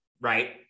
right